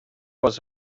was